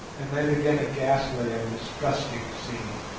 and then began a ghastly and disgusting scene.